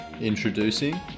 Introducing